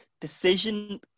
Decision